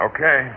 Okay